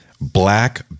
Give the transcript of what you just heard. black